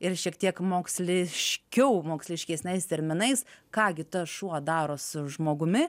ir šiek tiek moksliškiau moksliškesniais terminais ką gi tas šuo daro su žmogumi